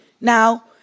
Now